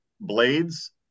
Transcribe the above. blades